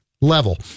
level